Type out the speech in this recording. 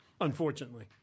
unfortunately